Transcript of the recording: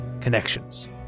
connections